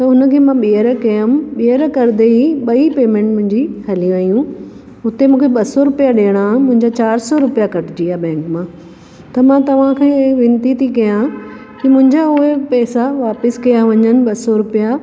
त हुनखे मां ॿींअर कयमि ॿींअर करंदे ई ॿई पेमेंट मुंहिंजी हली वेयूं हुते मूंखे ॿ सौ रुपया ॾियणा हुआ मुंहिंजा चारि सौ रुपया कटिजी विया बैंक मां त मां तव्हांखे विनती थी कयां की मुंहिंजा उहे पैसा वापसि कया वञनि ॿ सौ रुपया